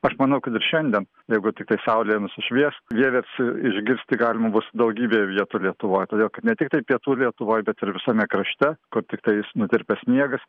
aš manau kad ir šiandien jeigu tiktai saulė nusišvies vieversį išgirsti galima bus daugybė vietų lietuvoj todėl kad ne tiktai pietų lietuvoj bet ir visame krašte kur tiktais nutirpęs sniegas